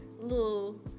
little